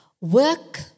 Work